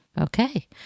Okay